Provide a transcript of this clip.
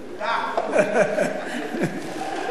ליברמן.